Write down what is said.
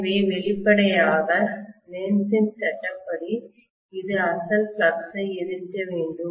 எனவே வெளிப்படையாக லென்ஸின் சட்டப்படி இது அசல் ஃப்ளக்ஸ் ஐ எதிர்க்க வேண்டும்